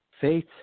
faith